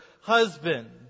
husband